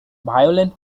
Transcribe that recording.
violent